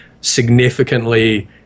significantly